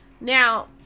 Now